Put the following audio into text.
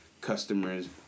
customers